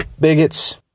bigots